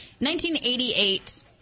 1988